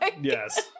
Yes